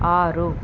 ఆరు